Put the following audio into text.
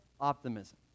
optimism